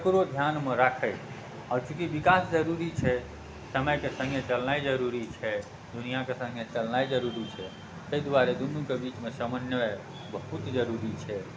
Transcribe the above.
तकरो धिआनमे राखैत आओर चूँकि विकास जरूरी छै समयके सङ्गहि चलनाइ जरूरी छै दुनिआके सङ्गहि चलनाइ जरूरी छै ताहि दुआरे दुनूके बीचमे समन्वय बहुत जरूरी छै